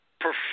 Perform